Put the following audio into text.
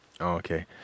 Okay